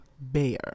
Bear